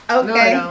okay